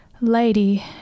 lady